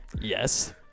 Yes